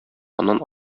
аннан